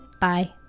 Bye